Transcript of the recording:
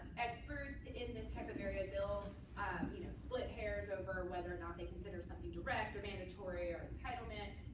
experts in this type of area, they'll you know split hairs over whether or not they consider something direct or mandatory or entitlement.